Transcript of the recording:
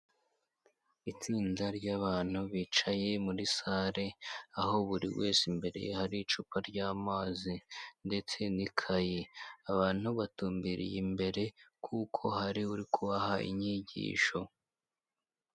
Itsinda ry’abantu bicaye muri salle aho buri wese imbere hari icupa ryamazi ndetse n'ikayi, abantu batumbereye imbere kuko hari uri kubaha inyigisho.